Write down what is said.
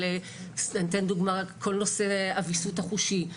- אני אתן דוגמא רק - כל נושא הוויסות החושי,